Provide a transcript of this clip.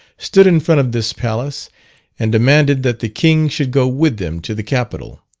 stood in front of this palace and demanded that the king should go with them to the capital.